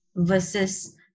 Versus